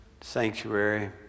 sanctuary